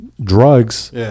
Drugs